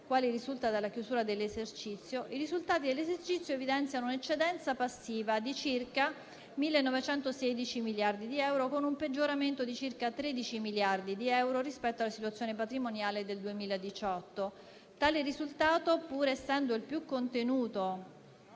quale risulta dalla chiusura dell'esercizio), i risultati dell'esercizio evidenziano un'eccedenza passiva di circa 1.916 miliardi di euro, con un peggioramento di circa 13 miliardi di euro rispetto alla situazione patrimoniale del 2018. Tale risultato, pur essendo il più contenuto